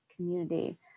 Community